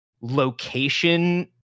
location-